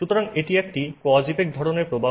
সুতরাং এটি একটি কজ ইফেক্ট ধরনের প্রবাহ